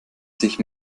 sich